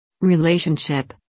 relationship